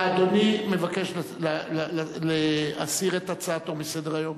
אדוני מבקש להסיר את הצעתו מסדר-היום?